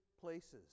places